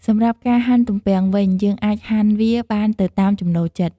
សម្រាប់ការហាន់ទំពាំងវិញ យើងអាចហាន់វាបានទៅតាមចំណូលចិត្ត។